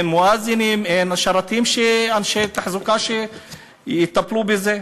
אין מואזינים ואין אנשי תחזוקה שיטפלו בזה.